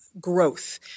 growth